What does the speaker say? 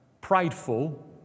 prideful